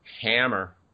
hammer